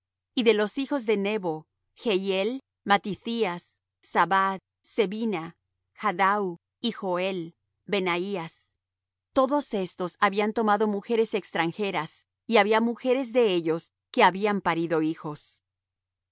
y de los hijos de nebo jehiel matithías zabad zebina jadau y joel benaías todos estos habían tomado mujeres extranjeras y había mujeres de ellos que habían parido hijos